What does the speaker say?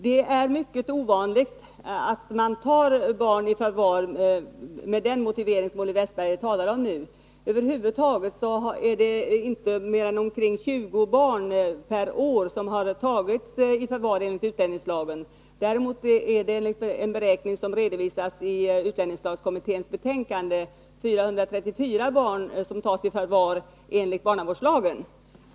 Det är mycket ovanligt att man tar barn i förvar med den motivering som Olle Wästberg nu talar om. Över huvud taget är det inte mer än omkring 20 barn per år som tas i förvar enligt utlänningslagen. Däremot är det enligt en beräkning som redovisas i utlänningslagskommitténs betänkande 434 barn som tas i förvar enligt barnavårdslagen.